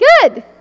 Good